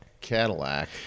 Cadillac